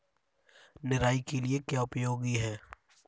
निराई के लिए क्या उपयोगी है?